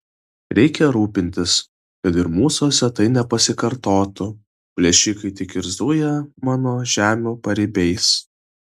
reikia rūpintis kad ir mūsuose tai nepasikartotų plėšikai tik ir zuja mano žemių paribiais